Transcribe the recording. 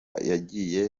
yagiye